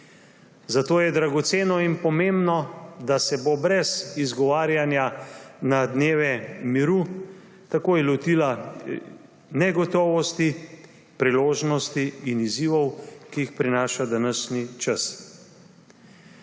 zato je dragoceno in pomembno, da se bo brez izgovarjanja na dneve miru takoj lotila negotovosti, priložnosti in izzivov, ki jih prinaša današnji čas.